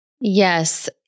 Yes